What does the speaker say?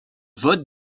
vote